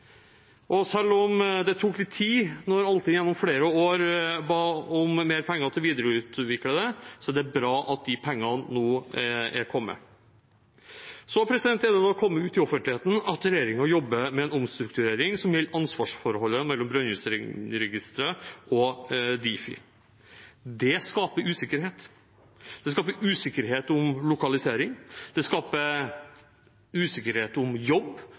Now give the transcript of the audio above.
Og selv om det tok litt tid da Altinn gjennom flere år ba om mer penger til å videreutvikle det, er det bra at de pengene nå er kommet. Så er det kommet ut i offentligheten at regjeringen jobber med en omstrukturering som gjelder ansvarsforholdet mellom Brønnøysundregistrene og Difi. Det skaper usikkerhet. Det skaper usikkerhet om lokalisering, om jobb